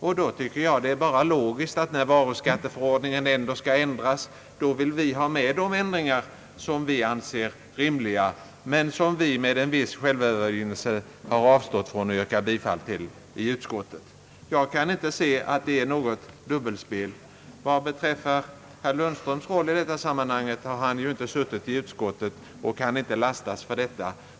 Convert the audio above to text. Och då tycker jag att det bara är logiskt — om varuskatteförordningen i alla fall skall ändras — att vi yrkar på de ändringar som vi anser rimliga men som vi inom utskottsmajoriteten med en viss självövervinnelse har avstått från att yrka bifall till. Jag kan inte se att det är något dubbelspel. Vad beträffar herr Lundströms roll i sammanhanget så har han inte suttit i utskottet och kan inte lastas för detta.